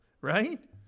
Right